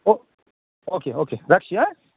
ও okay okay রাখছি হ্যাঁ